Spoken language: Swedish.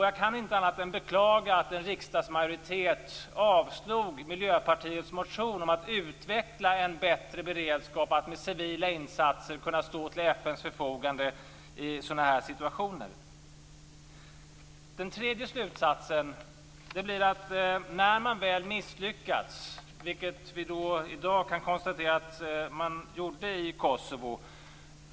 Jag kan inte annat än beklaga att en riksdagsmajoritet avslog Miljöpartiets motion om att utveckla en bättre beredskap för att man med civila insatser skall kunna stå till FN:s förfogande i sådana här situationer. Då kommer jag till den tredje slutsatsen. Vi kan i dag konstatera att man misslyckades i Kosovo.